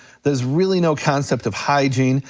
there's really no concept of hygiene,